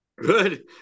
good